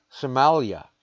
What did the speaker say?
Somalia